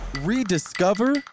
rediscover